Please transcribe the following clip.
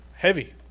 heavy